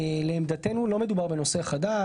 לעמדתנו לא מדובר בנושא חדש.